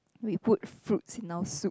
we put fruits in our soup